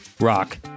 Rock